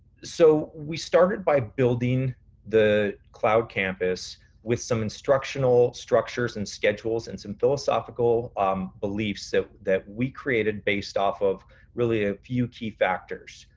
so we started by building the cloud campus with some instructional structures and schedules and some philosophical um beliefs ah that we created based off of really a few key factors.